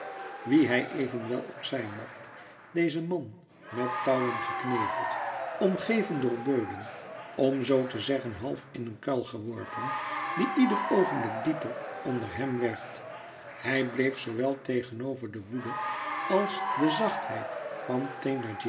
wie hij evenwel ook zijn mocht deze man met touwen gekneveld omgeven door beulen om zoo te zeggen half in een kuil geworpen die ieder oogenblik dieper onder hem werd hij bleef zoowel tegenover de woede als de zachtheid van